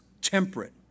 temperate